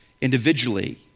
individually